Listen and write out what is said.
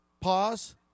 pause